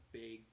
big